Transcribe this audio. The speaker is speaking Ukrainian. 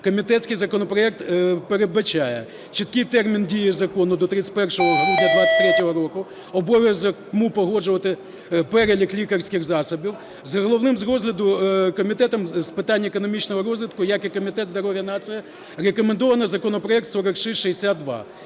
комітетський законопроект передбачає: чіткий термін дії закону до 31 грудня 2023 року, обов'язок КМУ погоджувати перелік лікарських засобів, головним з розгляду Комітетом з питань економічного розвитку, як і Комітетом здоров'я нації, рекомендовано законопроект 4662